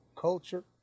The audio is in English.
culture